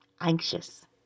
anxious